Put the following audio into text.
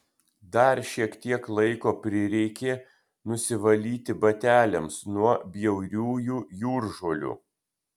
dar šiek tiek laiko prireikė nusivalyti bateliams nuo bjauriųjų jūržolių